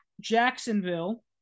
Jacksonville